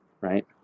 right